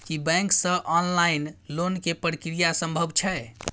की bank से online loan के प्रक्रिया संभव छै?